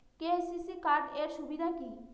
KCC card এর সুবিধা কি?